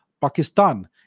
Pakistan